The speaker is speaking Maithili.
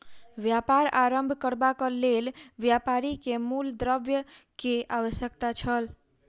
व्यापार आरम्भ करबाक लेल व्यापारी के मूल द्रव्य के आवश्यकता छल